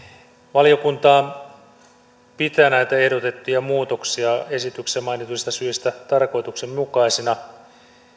valiokunta pitää näitä ehdotettuja muutoksia esityksessä mainituista syistä tarkoituksenmukaisina